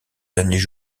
derniers